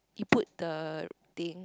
you put the thing